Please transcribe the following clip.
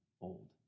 old